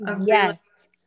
Yes